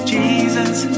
Jesus